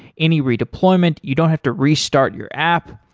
any redeployment, you don't have to restart your app.